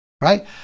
right